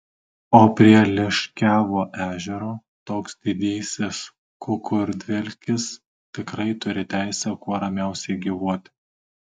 o prie liškiavio ežero toks didysis kukurdvelkis tikrai turi teisę kuo ramiausiai gyvuoti